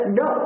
no